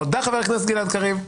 תודה, חבר הכנסת גלעד קריב.